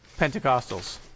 Pentecostals